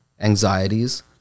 anxieties